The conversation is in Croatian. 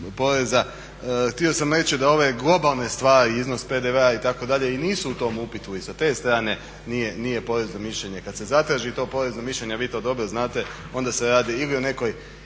Htio sam reći da ove globalne stvari i iznos PDV itd. i nisu u tom upitu i sa te strane nije porezno mišljenje. kada se zatraži to porezno mišljenje vi to dobro znate onda se radi ili o nekoj